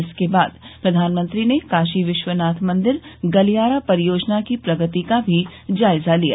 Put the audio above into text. इसके बाद प्रधानमंत्री ने काशी विश्वनाथ मंदिर गलियारा परियोजना की प्रगति का भी जायजा लिया